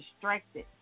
distracted